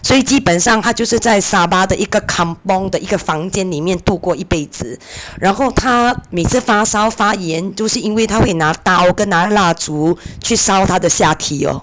所以基本上她就是在沙巴的一个 kampung 的一个房间里面度过一辈子然后她每次发烧发炎都是因为她会拿刀跟拿蜡烛去烧她的下体 orh